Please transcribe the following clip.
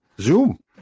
Zoom